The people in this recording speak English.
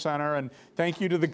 center and thank you to the